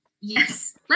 yes